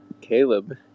Caleb